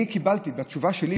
אני קיבלתי בתשובה שלי,